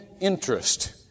interest